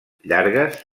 llargues